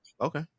okay